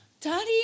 Daddy